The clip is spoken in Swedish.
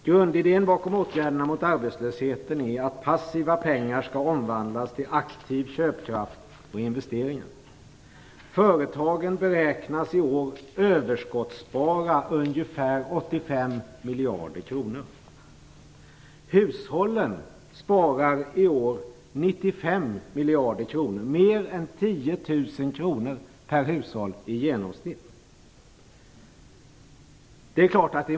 Grundidén bakom åtgärderna mot arbetslösheten är att passiva pengar skall omvandlas till aktiv köpkraft och investeringar. Företagen beräknas i år överskottsspara ungefär 85 miljarder kronor. Hushållen sparar i år 95 miljarder kronor - mer än 10 000 kr per hushåll i genomsnitt.